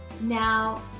now